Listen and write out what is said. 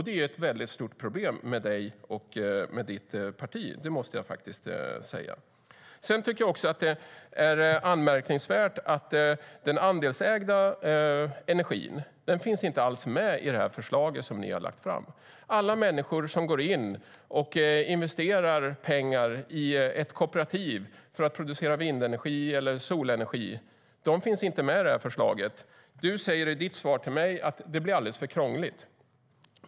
Det är ett väldigt stort problem med dig och ditt parti. Det måste jag faktiskt säga. Det är anmärkningsvärt att den andelsägda energin inte alls finns med i det förslag som ni har lagt fram. Alla människor som går in och investerar pengar i ett kooperativ för att producera vindenergi eller solenergi finns inte med i förslaget. Du säger i ditt svar till mig att det blir alldeles för krångligt.